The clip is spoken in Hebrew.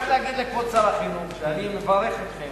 רק להגיד לכבוד שר החינוך שאני מברך אתכם.